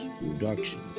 reduction